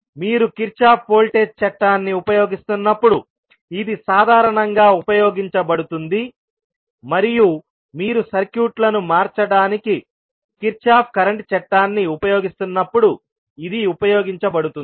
మీరు Kirchhoff voltage చట్టాన్ని ఉపయోగిస్తున్నప్పుడు ఇది సాధారణంగా ఉపయోగించబడుతుంది మరియు మీరు సర్క్యూట్లను మార్చడానికి కిర్చాఫ్ కరెంట్ చట్టాన్ని ఉపయోగిస్తున్నప్పుడు ఇది ఉపయోగించబడుతుంది